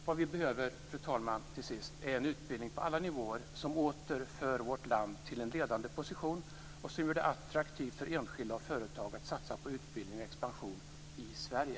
Vad vi behöver, fru talman, är en utbildning på alla nivåer som åter för vårt land till en ledande position och som gör det attraktivt för enskilda och företag att satsa på utbildning och expansion i Sverige.